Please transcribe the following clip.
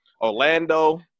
Orlando